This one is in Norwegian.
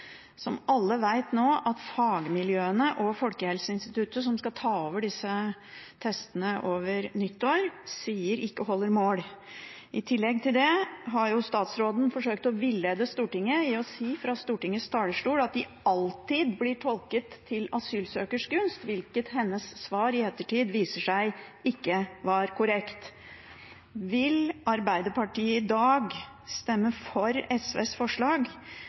som alle nå vet at fagmiljøene og Folkehelseinstituttet, som skal ta over disse testene over nyttår, sier ikke holder mål. I tillegg til det har statsråden forsøkt å villede Stortinget ved å si fra Stortingets talerstol at de alltid blir tolket til asylsøkers gunst, hvilket i ettertid viser seg ikke å være korrekt. Vil Arbeiderpartiet i dag stemme for SVs forslag